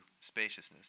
spaciousness